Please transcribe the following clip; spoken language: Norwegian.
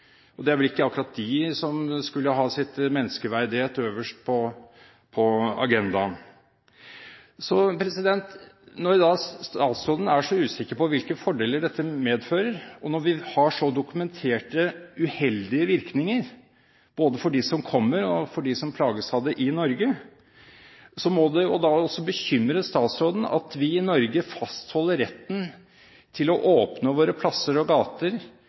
Og det er vel ikke akkurat de som skulle ha sitt menneskeverd helt øverst på agendaen. Når statsråden er så usikker på hvilke fordeler dette medfører, og når det er virkninger som er så godt dokumentert uheldige, både for dem som kommer, og for dem som plages av det i Norge, må det også bekymre statsråden at vi i Norge fastholder retten til å åpne våre plasser og gater